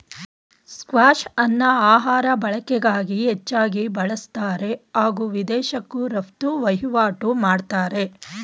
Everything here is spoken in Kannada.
ಸ್ಕ್ವಾಷ್ಅನ್ನ ಆಹಾರ ಬಳಕೆಗಾಗಿ ಹೆಚ್ಚಾಗಿ ಬಳುಸ್ತಾರೆ ಹಾಗೂ ವಿದೇಶಕ್ಕೂ ರಫ್ತು ವಹಿವಾಟು ಮಾಡ್ತಾರೆ